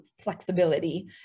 flexibility